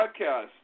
podcast